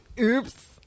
Oops